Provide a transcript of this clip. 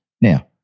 Now